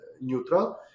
neutral